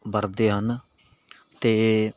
ਵਰਤਦੇ ਹਨ ਅਤੇ